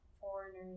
foreigners